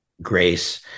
grace